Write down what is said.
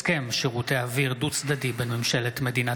הסכם שירותי אוויר דו-צדדי בין ממשלת מדינת